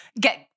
Get